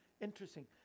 interesting